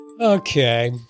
Okay